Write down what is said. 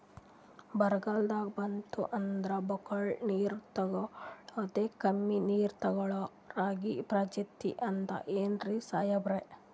ಬರ್ಗಾಲ್ ಬಂತಂದ್ರ ಬಕ್ಕುಳ ನೀರ್ ತೆಗಳೋದೆ, ಕಮ್ಮಿ ನೀರ್ ತೆಗಳೋ ರಾಗಿ ಪ್ರಜಾತಿ ಆದ್ ಏನ್ರಿ ಸಾಹೇಬ್ರ?